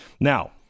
now